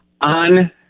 on